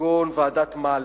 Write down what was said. כגון ועדת-מלץ,